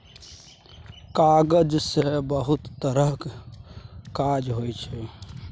कागज सँ बहुत तरहक काज होइ छै